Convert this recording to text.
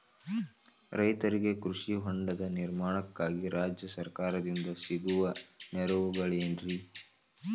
ರೈತರಿಗೆ ಕೃಷಿ ಹೊಂಡದ ನಿರ್ಮಾಣಕ್ಕಾಗಿ ರಾಜ್ಯ ಸರ್ಕಾರದಿಂದ ಸಿಗುವ ನೆರವುಗಳೇನ್ರಿ?